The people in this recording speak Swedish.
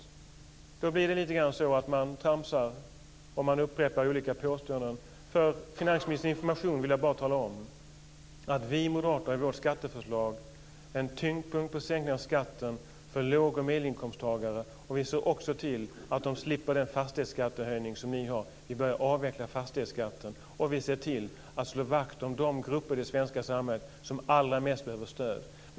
Då blir det så att man tramsar och upprepar påståenden. För finansministerns information vill jag tala om att vi moderater i vårt skatteförslag har tyngdpunkten på en sänkning av skatten för låg och medelinkomsttagare, och vi ser också till att de slipper den fastighetsskattehöjning som ni har. Vi börjar avveckla fastighetsskatten och vi ser till att slå vakt om de grupper i det svenska samhället som allra mest behöver stöd.